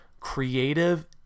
creative